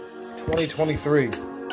2023